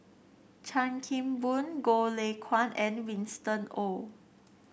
Chan Kim Boon Goh Lay Kuan and Winston Oh